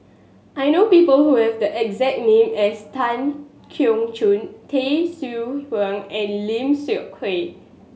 I know people who have the exact name as Tan Keong Choon Tay Seow Huah and Lim Seok Hui